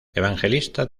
evangelista